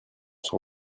sur